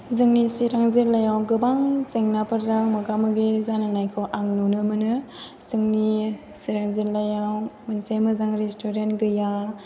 जोंनि चिरां जिल्लायाव गोबां जेंनाफोरजों मोगा मोगि जानांनायखौ आं नुनो मोनो जोंनि चिरां जिल्लायाव मोनसे मोजां रेस्टुरेन्ट गैया